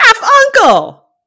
half-uncle